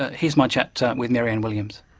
ah here's my chat chat with mary-anne williams.